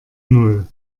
null